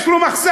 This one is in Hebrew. יש לו מחסן.